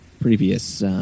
previous